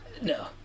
No